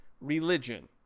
religion